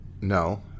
No